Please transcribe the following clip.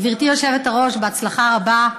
גברתי היושבת-ראש, הצלחה רבה.